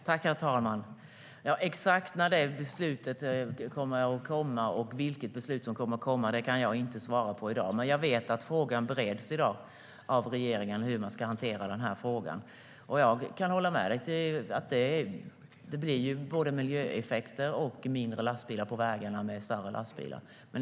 Herr talman! Exakt när och vilket beslut som ska fattas kan jag inte svara på i dag. Men jag vet att frågan bereds av regeringen. Jag kan hålla med om att det blir miljöeffekter och färre lastbilar på vägarna med större lastbilar.